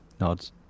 nods